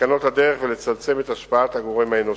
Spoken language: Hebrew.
לסכנות הדרך ולצמצם את השפעת הגורם האנושי.